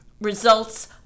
results